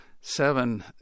seven